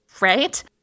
Right